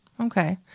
Okay